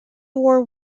war